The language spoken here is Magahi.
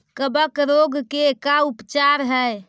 कबक रोग के का उपचार है?